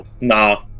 Nah